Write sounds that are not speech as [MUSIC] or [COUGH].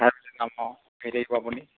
[UNINTELLIGIBLE] আপুনি